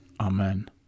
Amen